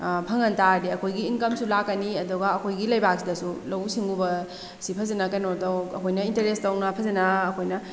ꯐꯪꯍꯟꯇꯥꯔꯗꯤ ꯑꯩꯈꯣꯏꯒꯤ ꯏꯟꯀꯝꯁꯨ ꯂꯥꯛꯀꯅꯤ ꯑꯗꯨꯒ ꯑꯩꯈꯣꯏꯒꯤ ꯂꯩꯕꯥꯛꯁꯤꯗꯁꯨ ꯂꯧꯎ ꯁꯤꯡꯎꯕꯁꯤ ꯐꯖꯅ ꯀꯩꯅꯣ ꯑꯩꯈꯣꯏꯅ ꯏꯟꯇꯔꯦꯁ ꯇꯧꯅ ꯐꯖꯅ ꯑꯩꯈꯣꯏꯅ